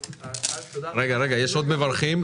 תודה רבה.